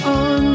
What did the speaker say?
on